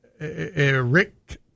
Rick